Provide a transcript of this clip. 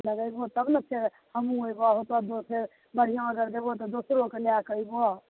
लगेबहो तब ने फेर हमहुँ एबौ तब फेर बढ़िआँ अगर देबहो तऽ दोसरोके लएकऽ अइबहो